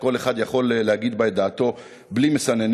שכל אחד יכול להגיד בה את דעתו בלי מסננים.